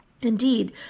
Indeed